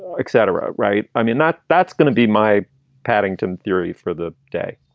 etc. right. i mean not that's gonna be my paddington theory for the day